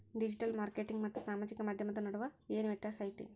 digital marketing ಮತ್ತ ಸಾಮಾಜಿಕ ಮಾಧ್ಯಮದ ನಡುವ ಏನ್ ವ್ಯತ್ಯಾಸ ಐತಿ